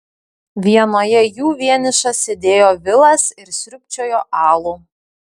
vienoje jų vienišas sėdėjo vilas ir sriubčiojo alų